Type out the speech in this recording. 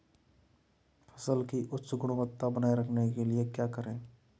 फसल की उच्च गुणवत्ता बनाए रखने के लिए क्या करें?